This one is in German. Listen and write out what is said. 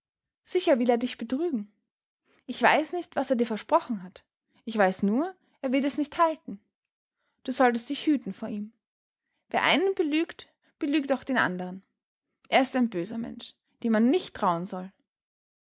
sicher will er dich betrügen ich weiß nicht was er dir versprochen hat ich weiß nur er wird es nicht halten du solltest dich hüten vor ihm wer einen belügt belügt auch den andern er ist ein böser mensch dem man nicht trauen soll